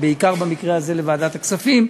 בעיקר במקרה הזה לוועדת הכספים,